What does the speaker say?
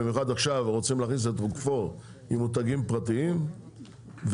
במיוחד עכשיו רוצים להכניס את קרפור עם מותגים פרטיים וזו